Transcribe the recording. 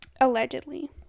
allegedly